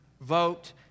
vote